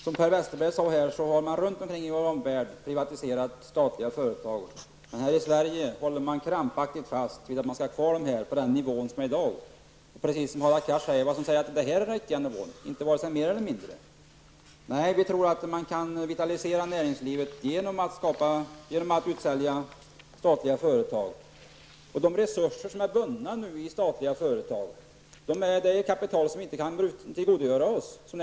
Som Per Westerberg sade har man runt om i världen privatiserat statliga företag. Men här i Sverige håller man krampaktigt fast vid att de skall finnas kvar. Men precis som Hadar Cars sade kan man undra vad det är som säger att detta är den riktiga nivån, att det inte skall vara vare sig mer eller mindre. Nej, vi tror att man kan vitalisera näringslivet genom att sälja ut statliga företag. De resurser som är bundna nu i statliga företag utgör kapital som inte vi kan tillgodogöra oss.